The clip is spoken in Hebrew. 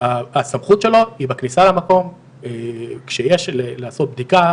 הסמכות שלו היא בכניסה למקום כשיש לעשות בדיקה,